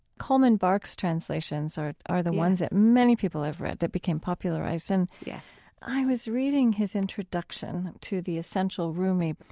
coleman barks' translations are are the ones that many people have read, that became popularized, and, yes, yes i was reading his introduction to the essential rumi. but